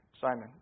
Simon